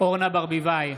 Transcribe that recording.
אורנה ברביבאי,